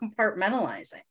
compartmentalizing